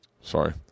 Sorry